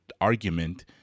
argument